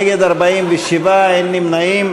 47 נגד, אין נמנעים.